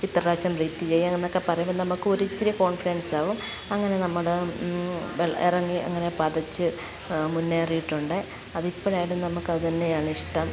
ഇത്ര പ്രാവശ്യം ബ്രീത്ത് ചെയ്യാമെന്നൊക്കെ പറയുമ്പോൾ നമുക്കൊരു ഇച്ചിരി കോൺഫിഡെൻസാവും അങ്ങനെ നമ്മൾ ഇറങ്ങി അങ്ങനെ പതച്ച് മുന്നേറിയിട്ടുണ്ട് അത് ഇപ്പോഴായാലും നമുക്ക് അത് തന്നെ ആണിഷ്ടം